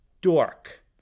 dork